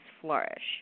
flourish